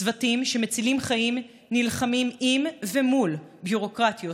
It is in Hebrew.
צוותים שמצילים חיים נלחמים עם ומול ביורוקרטיות